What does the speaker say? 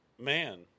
man